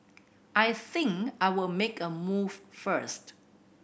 I think I would make a move first